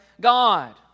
God